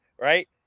right